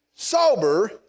Sober